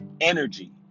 energy